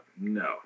no